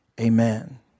Amen